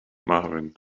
marvin